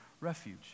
refuge